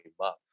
love